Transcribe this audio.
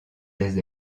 des